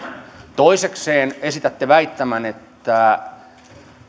toisekseen esitätte väittämän että